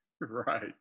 Right